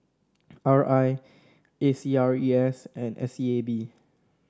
R I A C R E S and S E A B